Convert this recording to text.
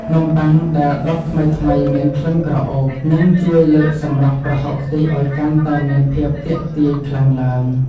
នំប៉័ងដែលដុតថ្មីៗមានក្លិនក្រអូបនឹងជួយលើកសម្រស់ប្រហុកខ្ទិះឱ្យកាន់តែមានភាពទាក់ទាញខ្លាំងឡើង។